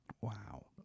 Wow